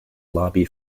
lobby